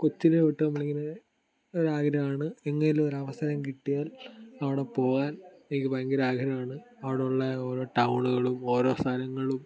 ഒത്തിരി വട്ടം നമ്മളിങ്ങനെ ഒരു ആഗ്രഹമാണ് എങ്ങനെയെങ്കിലും ഒരു അവസരം കിട്ടിയാൽ അവിടെ പോകാൻ എനിക്ക് ഭയങ്കര ആഗ്രഹമാണ് അവിടെ ഉള്ള ഓരോ ടൗണുകളും ഓരോ സ്ഥലങ്ങളും